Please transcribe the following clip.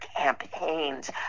campaigns